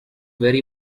very